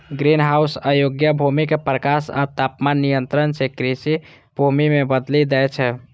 greenhouse अयोग्य भूमि कें प्रकाश आ तापमान नियंत्रण सं कृषि भूमि मे बदलि दै छै